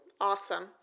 Awesome